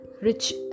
rich